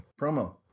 Promo